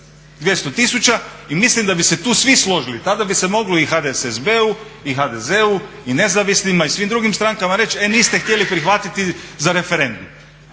tisuća, i mislim da bi se tu svi složili. Tada bi se moglo i HDSSB-u i HDZ-u i nezavisnima i svim drugim strankama reći e niste htjeli prihvatiti za referendum